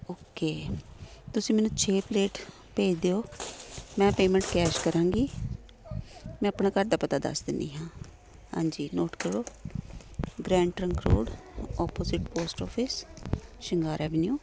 okay ਤੁਸੀਂ ਮੈਨੂੰ ਛੇ ਪਲੇਟ ਭੇਜ ਦਿਓ ਮੈਂ ਪੇਮੈਂਟ ਕੈਸ਼ ਕਰਾਂਗੀ ਮੈਂ ਆਪਣਾ ਘਰ ਦਾ ਪਤਾ ਦੱਸ ਦਿੰਦੀ ਹਾਂ ਹਾਂਜੀ ਨੋਟ ਕਰੋ Grand Trunk Road opposite post office Shingar avenue